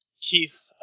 Keith